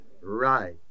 Right